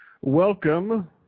Welcome